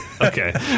Okay